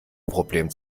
problem